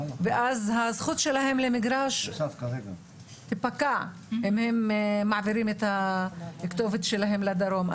ואז הזכות שלהם למגרש תפקע אם הם מעבירים את הכתובת שלהם לדרום.